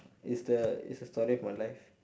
is the is the story of my life